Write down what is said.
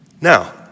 Now